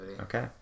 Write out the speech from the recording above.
okay